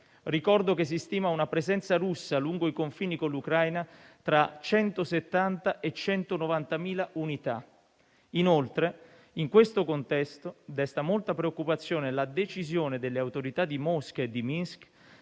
Ricordo che si stima una presenza russa lungo i confini con l'Ucraina tra 170 e 190.000 unità. Inoltre, in questo contesto, desta molta preoccupazione la decisione delle autorità di Mosca e di Minsk